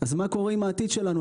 מה קורה עם העתיד שלנו?